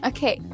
Okay